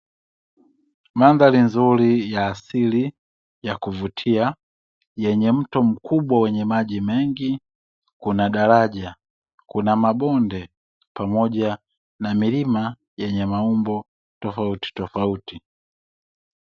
Mandhari nzuri ya asili ya kuvutia, yenye mto mkubwa wenye maji mengi kuna daraja, kuna mabonde, pamoja na milima yenye maumbo tofautitofauti.